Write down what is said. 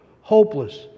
hopeless